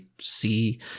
see